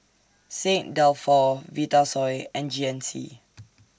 Saint Dalfour Vitasoy and G N C